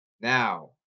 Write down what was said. Now